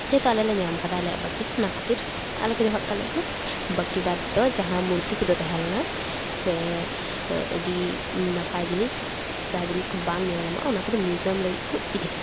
ᱡᱮᱦᱮᱛᱩ ᱟᱞᱮ ᱞᱮ ᱧᱟᱢ ᱠᱟᱫᱟ ᱟᱞᱮᱭᱟᱜ ᱵᱟᱲᱜᱮ ᱨᱮ ᱚᱱᱟ ᱠᱷᱟᱹᱛᱤᱨ ᱟᱞᱮ ᱠᱚ ᱫᱚᱦᱚᱴᱚᱣᱟᱜ ᱞᱮᱠᱷᱟᱱ ᱵᱟᱹᱠᱤ ᱵᱟᱫᱽ ᱫᱚ ᱡᱟᱦᱟᱸ ᱢᱩᱨᱛᱤ ᱠᱚᱫᱚ ᱛᱟᱦᱮᱸ ᱞᱮᱱᱟ ᱥᱮ ᱟᱹᱰᱤ ᱱᱟᱯᱟᱭ ᱡᱤᱱᱤᱥ ᱡᱟᱦᱟᱸ ᱡᱤᱱᱤᱥ ᱠᱚ ᱵᱟᱝ ᱧᱮᱧᱟᱢᱚᱜᱼᱟ ᱚᱱᱟ ᱠᱚᱫᱚ ᱢᱤᱭᱩᱡᱤᱭᱟᱢ ᱞᱟᱹᱜᱤᱫ ᱠᱚ ᱤᱫᱤᱠᱮᱫᱟ